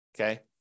Okay